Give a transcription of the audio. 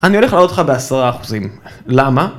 אני הולך לעלות לך בעשרה אחוזים. למה?